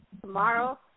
Tomorrow